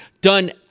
done